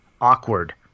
awkward